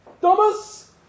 Thomas